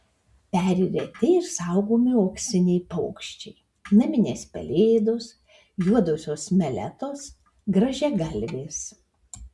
peri reti ir saugomi uoksiniai paukščiai naminės pelėdos juodosios meletos grąžiagalvės